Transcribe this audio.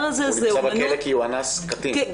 הוא נמצא בכלא כי הוא אנס קטין.